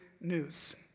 news